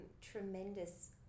tremendous